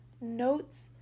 notes